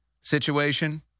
situation